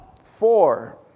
four